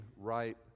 right